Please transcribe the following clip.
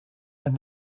when